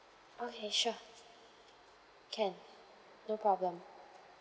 okay sure can no problem